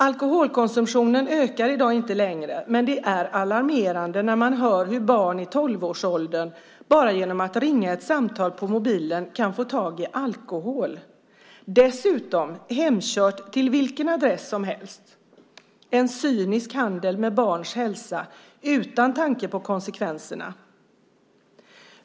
Alkoholkonsumtionen ökar i dag inte längre, men det är alarmerande när man hör hur barn i tolvårsåldern bara genom att ringa ett samtal på mobilen kan få tag i alkohol, dessutom hemkört till vilken adress som helst. Detta är en cynisk handel med barns hälsa utan tanke på konsekvenserna.